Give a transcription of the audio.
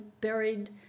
buried